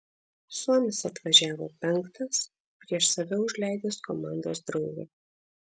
suomis atvažiavo penktas prieš save užleidęs komandos draugą